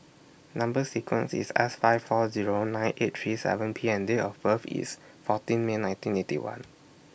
Number sequence IS S five four Zero nine eight three seven P and Date of birth IS fourteen May nineteen Eighty One